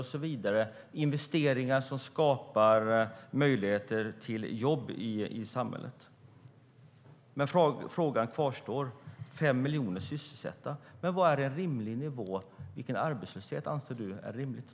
Det är investeringar som skapar möjligheter till jobb i samhället.